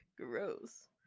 Gross